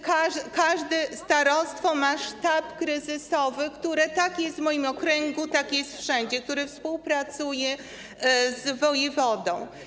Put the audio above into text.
Każde starostwo ma sztab kryzysowy - tak jest w moim okręgu, tak jest wszędzie - który współpracuje z wojewodą.